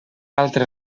altre